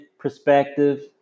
perspective